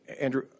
Andrew